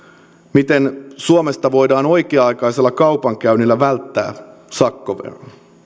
miten suomesta voidaan oikea aikaisella kaupankäynnillä välttää sakkovero